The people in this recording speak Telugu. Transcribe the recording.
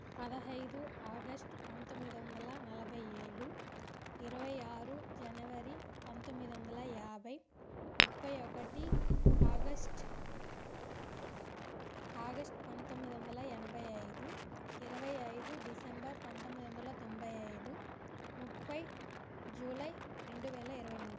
పదహైదు ఆగస్ట్ పంతొమ్మిది వందల నలభై ఏడు ఇరవై ఆరు జనవరి పంతొమ్మిది వందల యాభై ముప్పై ఒకటి ఆగస్ట్ ఆగస్ట్ పంతొమ్మిది వందల ఎనభై ఐదు ఇరవై ఐదు డిసెంబర్ పంతొమ్మిది వందల తొంభై ఐదు ముప్పై జూలై రెండు వేల ఇరవై మూడు